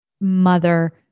mother